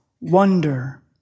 wonder